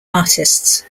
artists